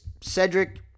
Cedric